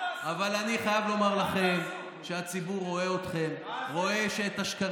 ואני רואה את זה כהודעה אישית,